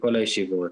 הישיבות.